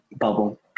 Bubble